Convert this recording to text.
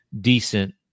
decent